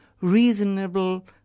reasonable